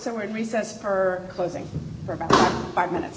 somewhere in recess her closing for about five minutes